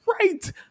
right